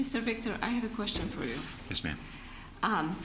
mr victor i have a question for you yes ma'am